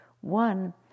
One